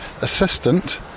assistant